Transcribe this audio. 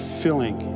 filling